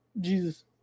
Jesus